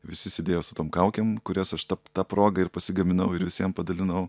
visi sėdėjo su tom kaukėm kurias aš ta proga ir pasigaminau ir visiem padalinau